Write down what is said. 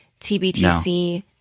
tbtc